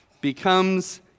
becomes